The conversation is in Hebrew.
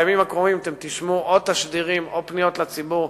בימים הקרובים אתם תשמעו או תשדירים או פניות אל הציבור